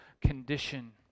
condition